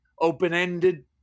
open-ended